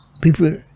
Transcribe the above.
People